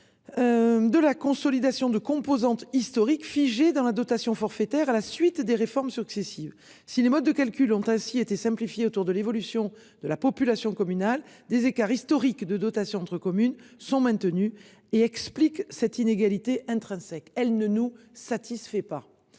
De la consolidation de composantes historiques figée dans la dotation forfaitaire à la suite des réformes successives si les modes de calcul ont ainsi été simplifiées autour de l'évolution de la population communale des écarts historique de dotations entre communes sont maintenus et explique cette inégalité intrinsèque, elle ne nous satisfait pas.